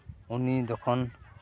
ᱩᱱᱤ ᱡᱚᱠᱷᱚᱱ